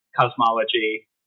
cosmology